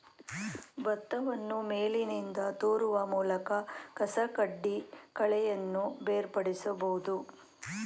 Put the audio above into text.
ಭತ್ತವನ್ನು ಮೇಲಿನಿಂದ ತೂರುವ ಮೂಲಕ ಕಸಕಡ್ಡಿ ಕಳೆಯನ್ನು ಬೇರ್ಪಡಿಸಬೋದು